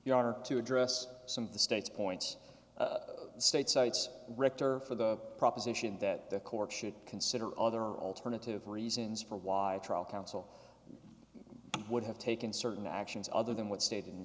your honor to address some of the state's points state so it's rector for the proposition that courts should consider other alternative reasons for why a trial counsel would have taken certain actions other than what state